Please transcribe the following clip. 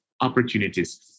opportunities